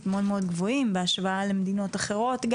מאוד גבוהים בהשוואה למדינות אחרות,